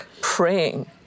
praying